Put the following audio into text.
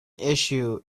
issue